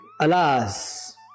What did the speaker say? Alas